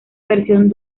versión